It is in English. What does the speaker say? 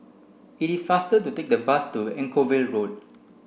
it is faster to take the bus to Anchorvale Road